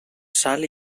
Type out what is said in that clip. sal